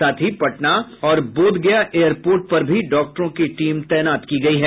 साथ ही पटना और बोधगया एयरपोर्ट पर भी डॉक्टरों की टीम तैनात की गयी है